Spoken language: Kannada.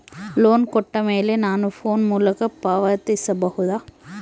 ಲೋನ್ ಕೊಟ್ಟ ಮೇಲೆ ನಾನು ಫೋನ್ ಮೂಲಕ ಪಾವತಿಸಬಹುದಾ?